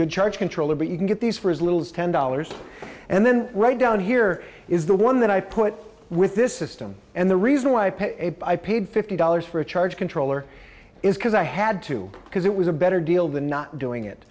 good charge controller but you can get these for as little as ten dollars and then right down here is the one that i put with this system and the reason why i paid fifty dollars for a charge controller is because i had to because it was a better deal than not doing it